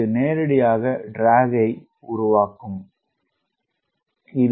இது நேரடியாக ட்ராக் அழைத்து செல்கிறது